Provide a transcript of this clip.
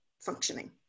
functioning